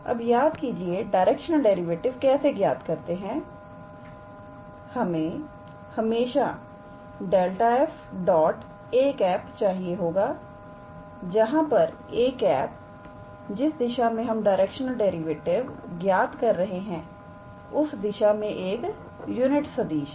अब याद कीजिए डायरेक्शनल डेरिवेटिव कैसे ज्ञात करते हैं हमें हमेशा ∇⃗ 𝑓 𝑎̂ चाहिए होगा जहां पर 𝑎̂ जिस दिशा में हम डायरेक्शनल डेरिवेटिव ज्ञात कर रहे हैं उस दिशा में एक यूनिट सदिश है